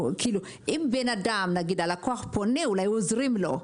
אם בן אדם, נגיד הלקוח פונה, אולי עוזרים לו.